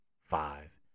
five